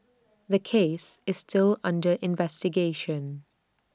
the case is still under investigation